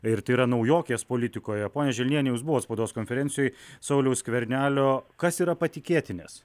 ir tai yra naujokės politikoje ponia žilniene jūs buvot spaudos konferencijoj sauliaus skvernelio kas yra patikėtinės